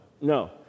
No